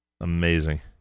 Amazing